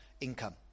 income